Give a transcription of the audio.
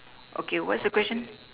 okay what's the question